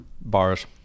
bars